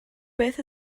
beth